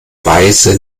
weise